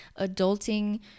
adulting